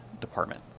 department